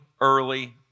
early